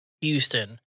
Houston